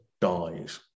dies